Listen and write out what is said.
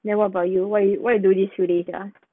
then what about you what you what you do this few days ya